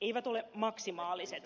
eivät ole maksimaaliset